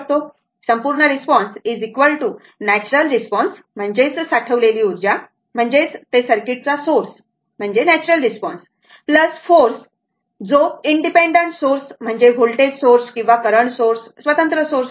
तर संपूर्ण response natural response म्हणजेच साठवलेली ऊर्जा ते म्हणजे सर्किट चा सोर्स म्हणजे नॅच्युरल रिस्पॉन्स फोर्स तो जो इनडिपेंडंट सोर्स म्हणजे व्होल्टेज सोर्स किंवा करंट सोर्स स्वतंत्र सोर्स आहे